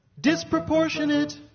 disproportionate